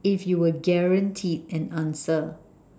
if you were guaranteed an answer